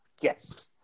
Yes